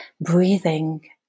breathing